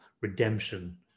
redemption